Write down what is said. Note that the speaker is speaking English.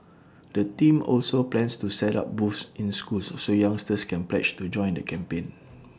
the team also plans to set up booths in schools so youngsters can pledge to join the campaign